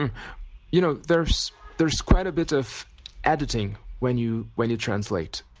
and you know there's there's quite a bit of editing when you when you translate,